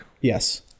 Yes